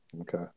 Okay